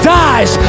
dies